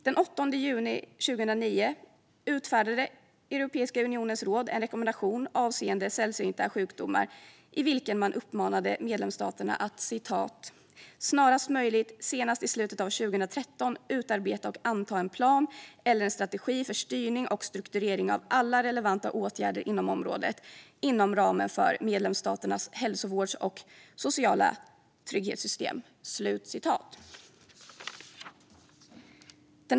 Den 8 juni 2009 utfärdade Europeiska unionens råd en rekommendation avseende sällsynta sjukdomar, i vilken man uppmanade medlemsstaterna att snarast möjligt, senast i slutet av 2013, utarbeta och anta en plan eller en strategi för styrning och strukturering av alla relevanta åtgärder på området inom ramen för medlemsstaternas hälsovårds och sociala trygghetssystem.